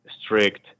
strict